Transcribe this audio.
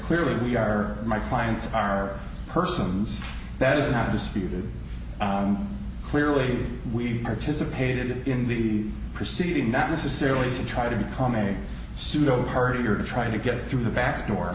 clearly we are my clients are persons that is not disputed clearly we participated in the proceeding not necessarily to try to become a pseudo party or to try to get through the back door